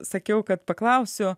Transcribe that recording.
sakiau kad paklausiu